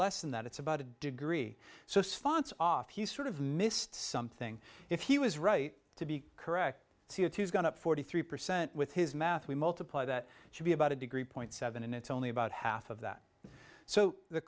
less than that it's about a degree so it's fonts off he sort of missed something if he was right to be correct c o two has gone up forty three percent with his math we multiply that should be about a degree point seven and it's only about half of that so the